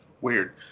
weird